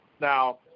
now